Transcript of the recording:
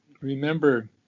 remember